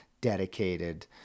dedicated